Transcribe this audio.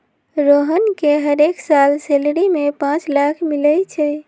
रोहन के हरेक साल सैलरी में पाच लाख मिलई छई